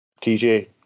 TJ